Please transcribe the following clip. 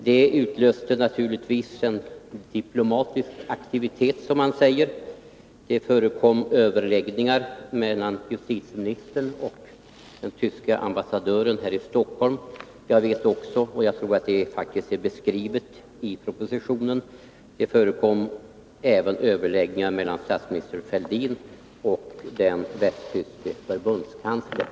Det utlöste naturligtvis diplomatisk aktivitet, som man säger. Det förekom överläggningar mellan justitieministern och den tyske ambassadören i Stockholm. Jag vet också — och jag tror att det redogörs härför i propositionen — att det förekom överläggningar mellan statsminister Fälldin och den västtyske förbundskanslern.